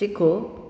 सिखो